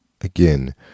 again